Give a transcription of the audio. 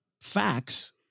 facts